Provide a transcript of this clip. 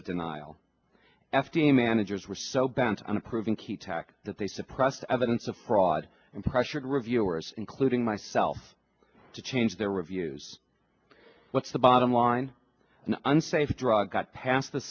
of denial f d a managers were so bent on approving ke tak that they suppress evidence of fraud and pressured reviewers including myself to change their reviews what's the bottom line an unsafe drug got past the